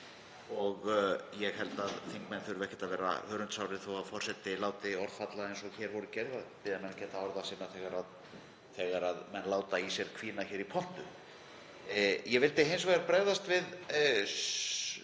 og ég held að þingmenn þurfi ekki að vera hörundsárir þó að forseti láti orð falla eins og hér var gert og biðji menn að gæta orða sinna þegar þeir láta í sér hvína í pontu. Ég vildi hins vegar bregðast við